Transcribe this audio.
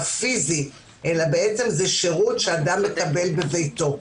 משהו פיזי אלא בעצם זה שירות שאדם מקבל בביתו.